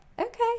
Okay